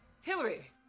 Hillary